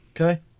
Okay